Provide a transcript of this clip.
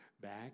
back